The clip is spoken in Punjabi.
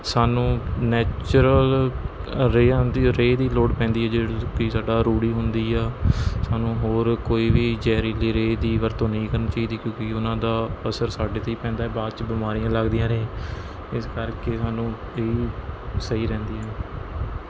ਸਾਨੂੰ ਨੇਚੁਰਲ ਰੇਹਾਂ ਦੀ ਰੇਹ ਦੀ ਲੋੜ ਪੈਂਦੀ ਹੈ ਜਿਹੜੀ ਕਿ ਸਾਡਾ ਰੂੜੀ ਹੁੰਦੀ ਆ ਸਾਨੂੰ ਹੋਰ ਕੋਈ ਵੀ ਜ਼ਹਿਰੀਲੀ ਰੇਹ ਦੀ ਵਰਤੋਂ ਨਹੀਂ ਕਰਨੀ ਚਾਹੀਦੀ ਕਿਉਂਕਿ ਉਨ੍ਹਾਂ ਦਾ ਅਸਰ ਸਾਡੇ 'ਤੇ ਹੀ ਪੈਂਦਾ ਹੈ ਬਾਦ 'ਚ ਬਿਮਾਰੀਆਂ ਲੱਗਦੀਆਂ ਨੇ ਇਸ ਕਰਕੇ ਸਾਨੂੰ ਇਹ ਹੀ ਸਹੀ ਰਹਿੰਦੀ ਹੈ